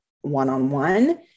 one-on-one